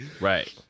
Right